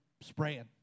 spraying